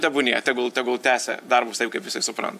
tebūnie tegul tegul tęsia darbus taip kaip jisai supranta